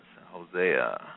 Hosea